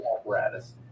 apparatus